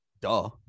Duh